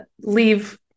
leave